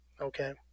Okay